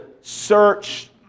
search